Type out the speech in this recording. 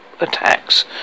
attacks